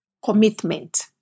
Commitment